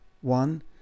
one